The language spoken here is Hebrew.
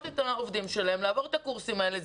את העובדים שלהם לעבור את הקורסים האלה.